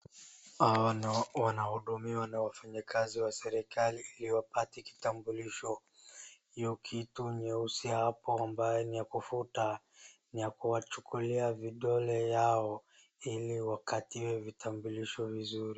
Hawa wanao, wanaohudumiwa ni wafanyi kazi wa serikali ili wapate kitambulisho. Hiyo kitu nyeusi hapo ambaye ni ya kufuta, ni ya kuwachukulia vidole yao ili wakatiwe vitambulisho vizuri.